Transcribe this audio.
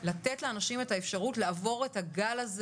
לתת לאנשים את האפשרות לעבור את הגל הזה